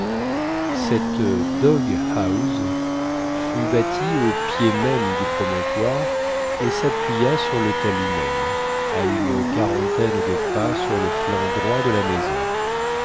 cette dog house fut bâtie au pied même du promontoire et s'appuya sur le talus même à une quarantaine de pas sur le flanc droit de la maison